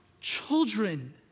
Children